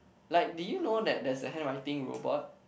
like did you know that there's a handwriting robot